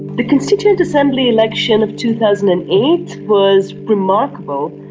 the constituent assembly election of two thousand and eight was remarkable.